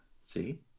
See